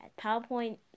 PowerPoint